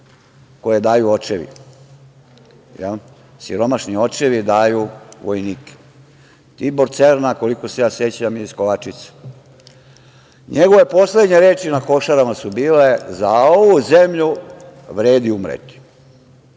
koje daju očevi, jel, siromašni očevi daju u vojnike. Tibor Cerna, koliko se ja sećam je iz Kovačice, njegove poslednje reči na Košarama su bile – za ovu zemlju vredi umreti.